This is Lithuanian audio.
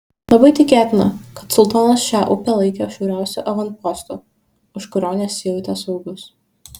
labai tikėtina kad sultonas šią upę laikė šiauriausiu avanpostu už kurio nesijautė saugus